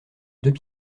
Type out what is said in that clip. deux